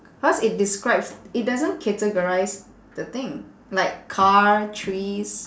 cause it describes it doesn't categorise the thing like car trees